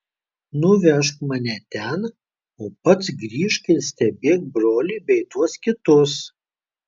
nuvežk mane ten o pats grįžk ir stebėk brolį bei tuos kitus